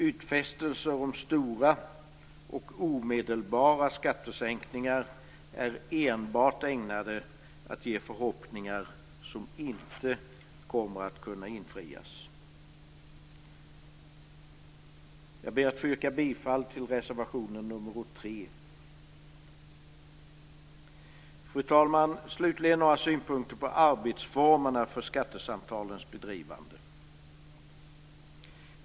Utfästelser om stora och omedelbara skattesänkningar är enbart ägnade att ge förhoppningar som inte kommer att kunna infrias. Jag ber att få yrka bifall till reservation nr 3. Fru talman! Slutligen vill jag ta upp några synpunkter på arbetsformerna för skattesamtalens bedrivande.